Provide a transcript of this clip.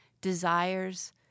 desires